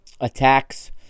attacks